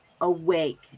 awake